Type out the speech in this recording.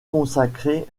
consacré